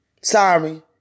Sorry